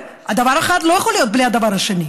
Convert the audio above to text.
דבר אחד לא יכול להיות בלי הדבר השני.